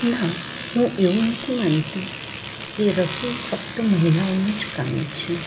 ના હું એવું નથી માનતી કે રસોઈ ફક્ત મહિલાઓનું જ કામ છે